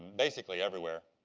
basically everywhere.